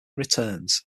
returns